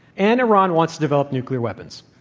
and iran wants to develop nuclear weapons.